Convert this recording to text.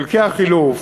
חלקי החילוף,